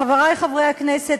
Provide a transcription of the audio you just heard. חברי חברי הכנסת,